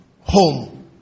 Home